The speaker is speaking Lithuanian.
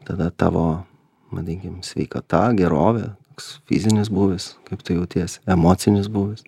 tada tavo vadinkim sveikata gerovė toks fizinis būvis kaip tu jautiesi emocinis būvis